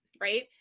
right